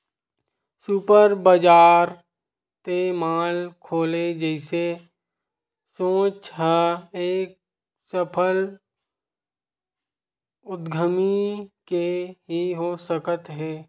super बजार ते mall खोले जइसे सोच ह एक सफल उद्यमी के ही हो सकत हे